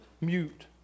mute